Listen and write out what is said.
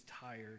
tired